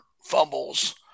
fumbles